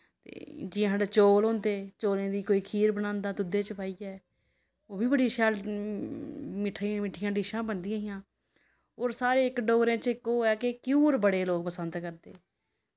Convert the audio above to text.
ते जियां साढ़ै चौल होंदे चौलें दी कोई खीर बनांदा दुद्धै च पाइयै ओह् बी बड़ियां शैल मिट्ठियां मिट्ठियां डिश्शां बनदियां हियां हां होर साढ़े इक डोगरें च इक ओह् ऐ कि घ्यूर बड़े लोग पसंद करदे